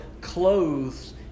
clothes